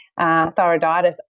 thyroiditis